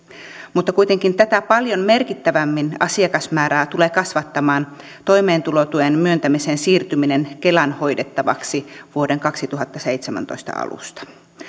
mutta kuitenkin tätä paljon merkittävämmin asiakasmäärää tulee kasvattamaan toimeentulotuen myöntämisen siirtyminen kelan hoidettavaksi vuoden kaksituhattaseitsemäntoista alusta